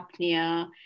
apnea